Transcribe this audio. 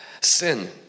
Sin